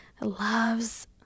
loves